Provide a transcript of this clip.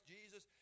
Jesus